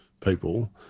people